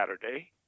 Saturday